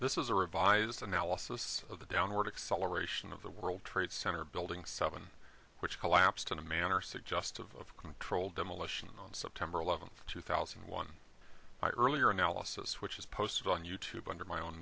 this is a revised analysis of the downward acceleration of the world trade center building seven which collapsed in a manner suggestive of controlled demolition on september eleventh two thousand and one by earlier analysis which was posted on you tube under my own